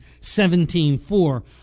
17.4